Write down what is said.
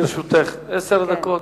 לרשותך עשר דקות.